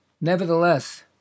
nevertheless